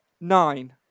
Nine